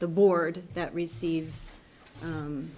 the board that receives